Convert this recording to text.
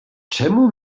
czemu